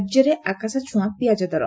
ରାଜ୍ୟରେ ଆକାଶଛୁଆଁ ପିଆଜ ଦର